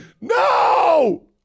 no